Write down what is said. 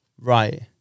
right